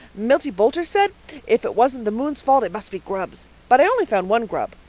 milty boulter said if it wasn't the moon's fault it must be grubs. but i only found one grub.